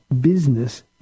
business